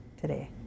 today